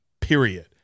period